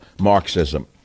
Marxism